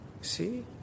See